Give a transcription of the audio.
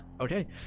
Okay